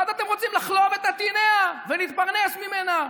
ואז אתם רוצים לחלוב את עטיניה ולהתפרנס ממנה.